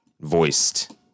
voiced